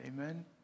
Amen